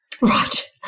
right